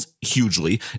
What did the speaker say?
Hugely